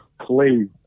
please